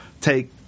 take